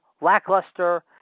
lackluster